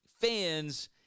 fans